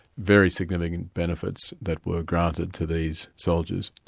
very significant benefits that were granted to these soldiers.